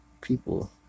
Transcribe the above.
people